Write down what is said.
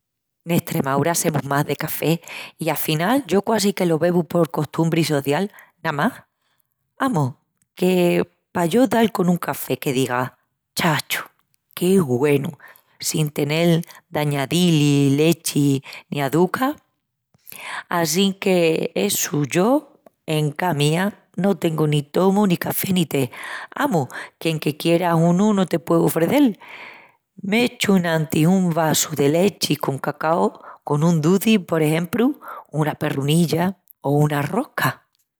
N’Estremaúra semus más de café i afinal yo quasi que lo bebu por costumbri social namás. Amus, que pa yo dal con un café que diga: "chacho, que güenu!" sin tenel d'añidí-li lechi ni açuca. Assinque essu, yo, encá mía, no tengu ni tomu ni café ni té, amus qu'enque quieras unu no te pueu ofrecel. M'echu enantis un vasu de lechi con cacau con un duci, por exempru, una perrunilla o una rosca.